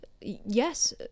yes